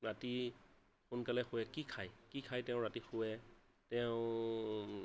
ৰাতি সোনকালে শুৱে কি খাই কি খাই তেওঁ ৰাতি শুৱে তেওঁ